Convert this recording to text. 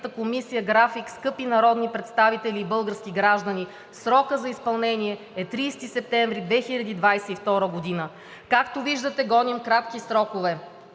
комисия график, скъпи народни представители и български граждани, срокът за изпълнение е 30 септември 2022 г. Както виждате, гоним кратки срокове.